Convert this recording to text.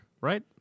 right